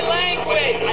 language